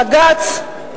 בג"ץ,